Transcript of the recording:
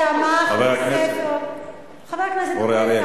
חבר הכנסת אורי אריאל,